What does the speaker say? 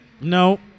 No